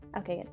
okay